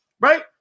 Right